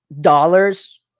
dollars